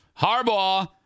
Harbaugh